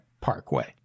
Parkway